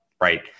Right